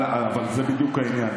זה בדיוק העניין,